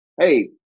hey